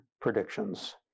predictions